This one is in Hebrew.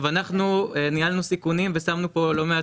אנחנו ניהלנו סיכונים ושמנו פה לא מעט